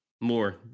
more